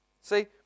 See